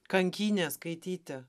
kankynė skaityti